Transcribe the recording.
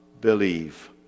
believe